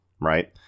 right